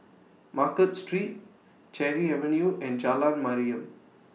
Market Street Cherry Avenue and Jalan Mariam